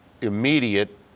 immediate